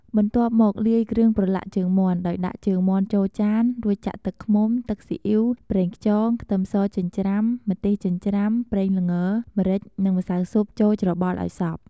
បន្ទាប់មកលាយគ្រឿងប្រឡាក់ជើងមាន់ ដោយដាក់ជើងមាន់ចូលចាន រួចចាក់ទឹកឃ្មុំ ទឹកស៊ីអ៉ីវ ប្រេងខ្យង ខ្ទឹមសចិញ្ច្រាំ ម្ទេសចិញ្ច្រាំ ប្រេងល្ង ម្រេច និងម្សៅស៊ុបចូលច្របល់ឱ្យសព្វ។